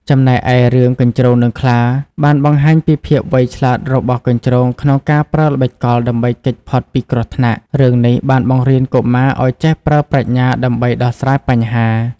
ចំណែកឯ រឿង កញ្ជ្រោងនិងខ្លា បានបង្ហាញពីភាពវៃឆ្លាតរបស់កញ្ជ្រោងក្នុងការប្រើល្បិចកលដើម្បីគេចផុតពីគ្រោះថ្នាក់។ រឿងនេះបានបង្រៀនកុមារឲ្យចេះប្រើប្រាជ្ញាដើម្បីដោះស្រាយបញ្ហា។